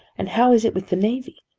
and how is it with the navy?